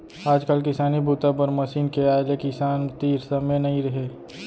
आजकाल किसानी बूता बर मसीन के आए ले किसान तीर समे नइ हे